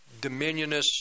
dominionist